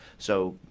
so,